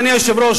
אדוני היושב-ראש,